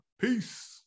Peace